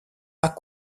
pas